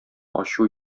ачу